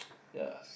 ya